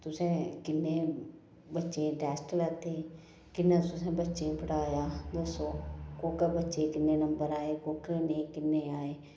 तुसें किन्ने बच्चें दे टेस्ट लैते किन्ने तुसें बच्चें गी पढ़ाया दस्सो कोह्का बच्चे गी किन्ने नंबर आए कोह्के नेईं किन्ने आए